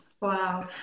wow